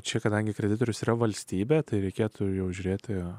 čia kadangi kreditorius yra valstybė tai reikėtų jau žiūrėtojo